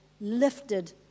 lifted